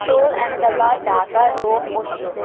sole Ahmedabad Dhaka Rome ओसलो